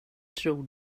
tror